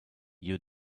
you